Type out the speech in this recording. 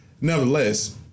nevertheless